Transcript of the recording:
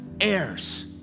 heirs